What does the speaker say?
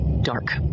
Dark